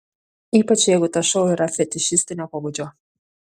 ypač jeigu tas šou yra fetišistinio pobūdžio